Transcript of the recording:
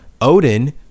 Odin